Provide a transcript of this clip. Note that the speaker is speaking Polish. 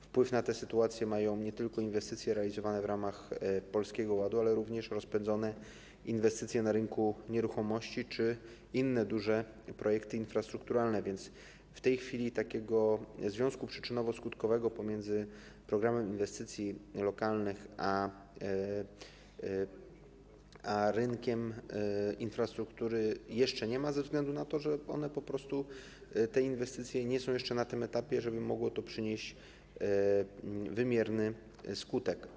Wpływ na tę sytuację mają nie tylko inwestycje realizowane w ramach Polskiego Ładu, ale również rozpędzone inwestycje na rynku nieruchomości czy inne duże projekty infrastrukturalne, więc w tej chwili takiego związku przyczynowo-skutkowego pomiędzy Programem Inwestycji Lokalnych a rynkiem infrastruktury jeszcze nie ma ze względu na to, że po prostu te inwestycje nie są jeszcze na tym etapie, żeby mogło to przynieść wymierny skutek.